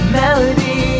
melody